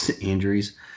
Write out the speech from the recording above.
injuries